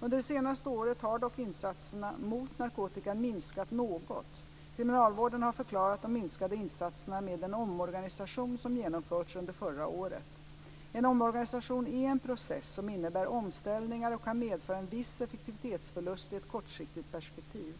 Under det senaste året har dock insatserna mot narkotikan minskat något. Kriminalvården har förklarat de minskade insatserna med den omorganisation som genomförts under förra året. En omorganisation är en process som innebär omställningar och kan medföra en viss effektivitetsförlust i ett kortsiktigt perspektiv.